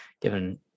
given